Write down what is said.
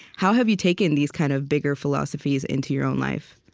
how have you taken these kind of bigger philosophies into your own life?